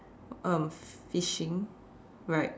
um fishing right